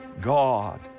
God